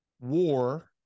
war